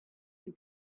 you